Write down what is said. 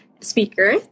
speaker